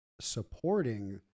supporting